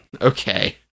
Okay